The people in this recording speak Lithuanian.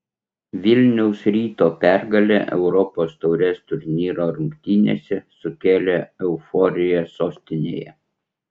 vilniaus ryto pergalė europos taurės turnyro rungtynėse sukėlė euforiją sostinėje